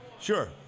Sure